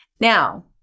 Now